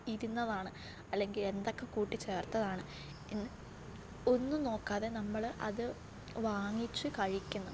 ഇരുന്നതാണ് അല്ലെങ്കിൽ എന്തൊക്കെ കൂട്ടി ചേർത്തതാണ് എന്ന് ഒന്നും നോക്കാതെ നമ്മൾ അത് വാങ്ങിച്ച് കഴിക്കുന്നു